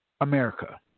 America